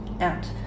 out